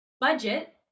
budget